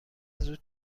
زود